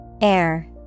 Air